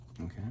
Okay